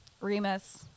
Remus